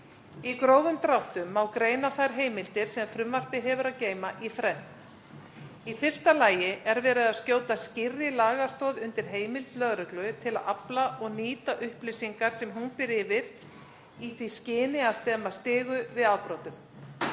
Í grófum dráttum má greina þær heimildir sem frumvarpið hefur að geyma í þrennt: Í fyrsta lagi er verið skjóta skýrri lagastoð undir heimild lögreglu til að afla og nýta upplýsingar sem hún býr yfir í því skyni að stemma stigu við afbrotum.